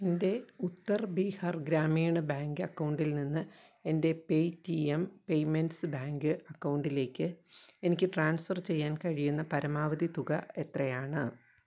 എന്റെ ഉത്തർ ബീഹാർ ഗ്രാമീണ ബാങ്ക് അക്കൗണ്ടിൽനിന്ന് എന്റെ പേറ്റീഎം പേയ്മെൻസ് ബാങ്ക് അക്കൗണ്ടിലേക്ക് എനിക്ക് ട്രാൻസ്ഫർ ചെയ്യാൻ കഴിയുന്ന പരമാവധി തുക എത്രയാണ്